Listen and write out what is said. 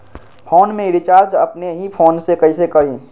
Phone में recharge अपने ही फ़ोन से कईसे करी?